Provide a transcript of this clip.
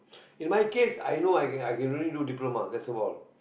in my case I know I can I can only do diploma that's of all